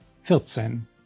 vierzehn